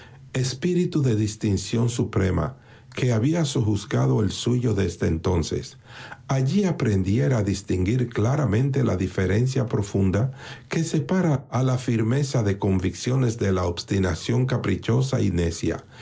espíritu de distinción suprema que había sojuzgado el suyo desde entonces allí aprendiera a distinguir claramente la diferencia profunda que separa a la firmeza de convicciones de la obstinación caprichosa y necia